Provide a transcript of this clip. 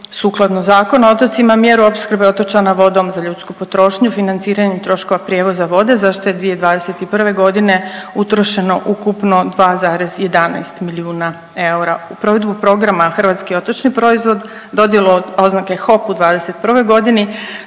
sukladno Zakonu o otocima mjeru opskrbe otočana vodom za ljudsku potrošnju financiranjem troškova prijevoza vode za što je 2021. godine utrošeno ukupno 2,11 milijuna eura. U provedbu programa Hrvatski otočni proizvod dodjelu oznake HOP u '21. godini